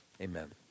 amen